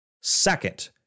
Second